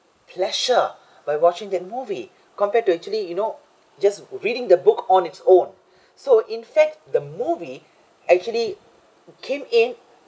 pleasure by watching that movie compared to actually you know just reading the book on its own so in fact the movie actually came in